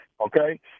okay